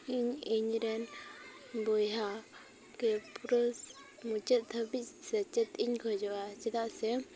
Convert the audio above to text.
ᱤᱧ ᱤᱧᱨᱮᱱ ᱵᱚᱭᱦᱟ ᱜᱮ ᱯᱩᱨᱟᱹ ᱢᱩᱪᱟᱹᱫ ᱫᱷᱟᱹᱵᱤᱡ ᱥᱮᱪᱮᱫ ᱤᱧ ᱠᱷᱚᱡᱚᱜᱼᱟ ᱪᱮᱫᱟᱜ ᱥᱮ